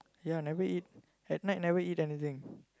ya I never eat at night never eat anything